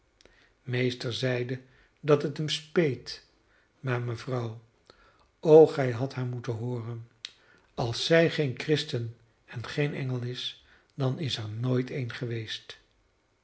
meester zeide dat het hem speet maar mevrouw o gij hadt haar moeten hooren als zij geene christin en geen engel is dan is er nooit een geweest